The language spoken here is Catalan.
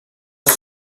les